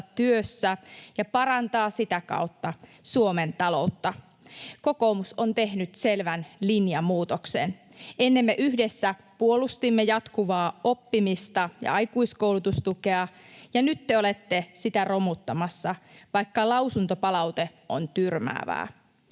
työssä ja parantaa sitä kautta Suomen taloutta. Kokoomus on tehnyt selvän linjamuutoksen. Ennen me yhdessä puolustimme jatkuvaa oppimista ja aikuiskoulutustukea, ja nyt te olette sitä romuttamassa, vaikka lausuntopalaute on tyrmäävää.